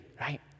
Right